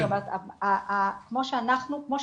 סליחה,